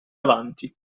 avanti